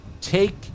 Take